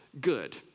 good